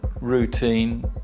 routine